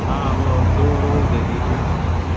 ہاں وہ دو رول دے دیجیے اس کے